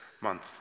month